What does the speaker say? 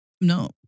No